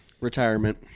Retirement